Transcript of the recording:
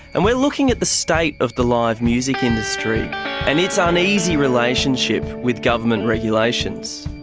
and we're looking at the state of the live music industry and its ah uneasy relationship with government regulations.